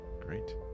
great